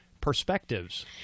Perspectives